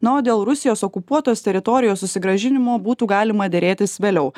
na o dėl rusijos okupuotos teritorijos susigrąžinimo būtų galima derėtis vėliau